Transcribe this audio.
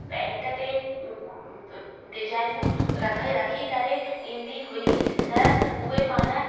pant ते डिजाइनियूं रखे रखी करे ॾिंदी हुई त उहे पाण